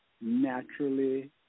naturally